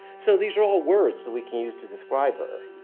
so these are all words that we can use to describe her.